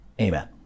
Amen